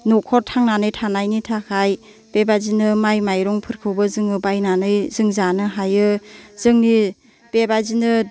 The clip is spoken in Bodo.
न'खर थांनानै थानायनि थाखाय बेबादिनो माइ माइरंफोरखौबो जोङो बायनानै जों जानो हायो जोंनि बेबादिनो